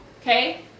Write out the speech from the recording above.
Okay